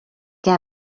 què